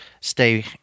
stay